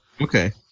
okay